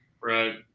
Right